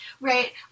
Right